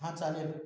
हां चालेल